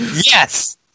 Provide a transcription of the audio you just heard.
yes